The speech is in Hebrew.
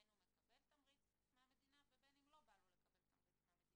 בין אם הוא מקבל תמריץ מהמדינה ובין אם לא בא לו לקבל תמריץ מהמדינה